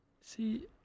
See